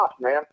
man